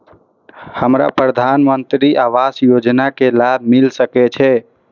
हमरा प्रधानमंत्री आवास योजना के लाभ मिल सके छे?